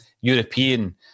European